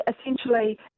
essentially